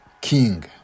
king